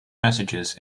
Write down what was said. messages